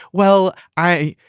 well, i.